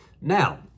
Now